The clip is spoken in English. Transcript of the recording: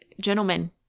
gentlemen